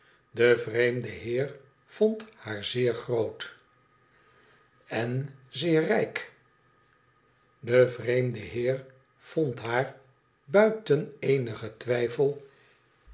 de vreemde heer vond haar zeer groot en zeer rijk de vreemde heer vond haar buiten eenigen twijfel